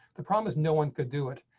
the problem is, no one could do it,